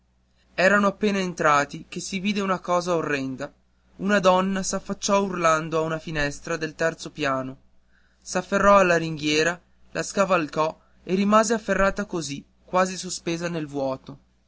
erano appena entrati che si vide una cosa orrenda una donna s'affacciò urlando a una finestra del terzo piano s'afferrò alla ringhiera la scavalcò e rimase afferrata così quasi sospesa nel vuoto